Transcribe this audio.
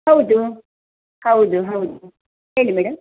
ಹೌದು ಹೌದು ಹೌದು ಹೇಳಿ ಮೇಡಮ್